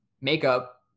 makeup